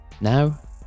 Now